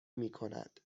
میکند